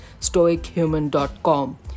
stoichuman.com